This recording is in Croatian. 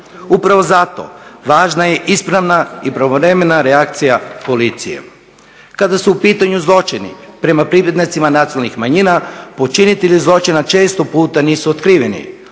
Upravo zato važna je ispravna i pravovremena reakcija policije. Kada su u pitanju zločini prema pripadnicima nacionalnih manjina počinitelji zločina često puta nisu otkriveni,